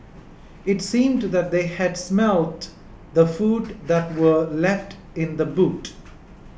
it seemed that they had smelt the food that were left in the boot